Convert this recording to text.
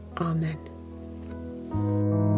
Amen